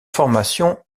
formation